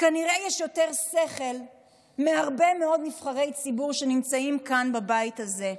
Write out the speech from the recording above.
כנראה יש יותר שכל מהרבה מאוד נבחרי ציבור שנמצאים כאן בבית הזה.